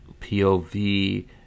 POV